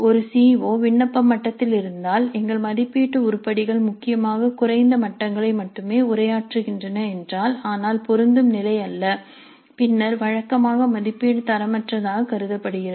ஒரு சிஓ விண்ணப்ப மட்டத்தில் இருந்தால் எங்கள் மதிப்பீட்டு உருப்படிகள் முக்கியமாக குறைந்த மட்டங்களை மட்டுமே உரையாற்றுகின்றன என்றால் ஆனால் பொருந்தும் நிலை அல்ல பின்னர் வழக்கமாக மதிப்பீடு தரமற்றதாக கருதப்படுகிறது